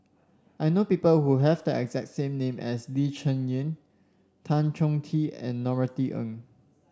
I know people who have the exact same name as Lee Cheng Yan Tan Choh Tee and Norothy Ng